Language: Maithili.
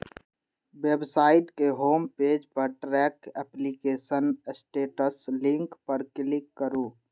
वेबसाइट के होम पेज पर ट्रैक एप्लीकेशन स्टेटस लिंक पर क्लिक करू